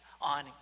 on